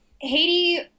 Haiti